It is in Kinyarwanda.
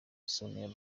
sonia